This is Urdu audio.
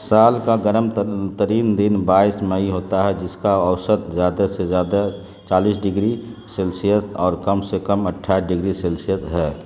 سال کا گرم ترین دن بائیس مئی ہوتا ہے جس کا اوسط زیادہ سے زیادہ چالیس ڈگری سیلسیس اور کم سے کم اٹھائیس ڈگری سیلسیس ہے